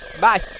Bye